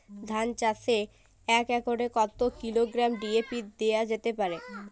ধান চাষে এক একরে কত কিলোগ্রাম ডি.এ.পি দেওয়া যেতে পারে?